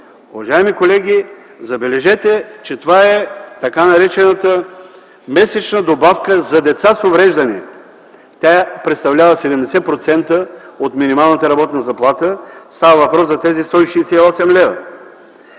Уважаеми колеги, забележете, че това е така наречената месечна добавка за деца с увреждания. Тя представлява 70% от минималната работна заплата – става въпрос за тези 168 лв.